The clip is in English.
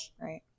right